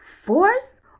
force